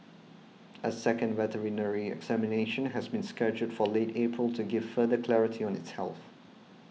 a second veterinary examination has been scheduled for late April to give further clarity on its health